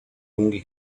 lunghi